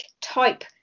type